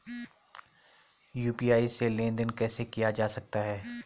UPI से लेनदेन कैसे किया जा सकता है?